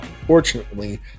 unfortunately